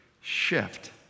shift